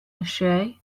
الشاي